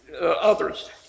others